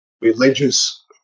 religious